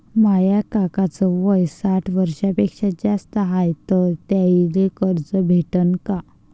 माया काकाच वय साठ वर्षांपेक्षा जास्त हाय तर त्याइले कर्ज भेटन का?